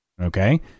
Okay